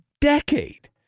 decade